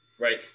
Right